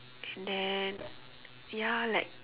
and then ya like